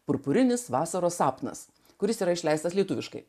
purpurinis vasaros sapnas kuris yra išleistas lietuviškai